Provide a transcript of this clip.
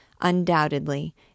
Undoubtedly